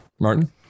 martin